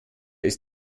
ist